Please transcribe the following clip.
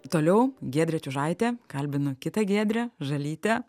toliau giedrė čiužaitė kalbinu kitą giedrę žalytę